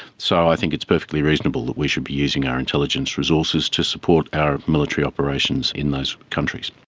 so i think it's perfectly reasonable that we should be using our intelligence resources to support our military operations in those countries.